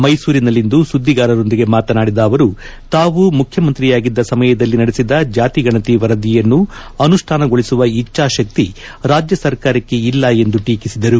ಮೈಸೂರಿನಲ್ಲಿಂದು ಸುದ್ದಿಗಾರರೊಂದಿಗೆ ಮಾತನಾಡಿದ ಅವರು ತಾವು ಮುಖ್ಯಮಂತ್ರಿಯಾಗಿದ್ದ ಸಮಯದಲ್ಲಿ ನಡೆಸಿದ ಜಾತಿಗಣತಿ ವರದಿಯನ್ನು ಅನುಷ್ಠಾನಗೊಳಿಸುವ ಇಚ್ದಾಶಕ್ತಿ ರಾಜ್ಯ ಸರ್ಕಾರಕ್ಕೆ ಇಲ್ಲ ಎಂದು ಟೀಕಿಸಿದರು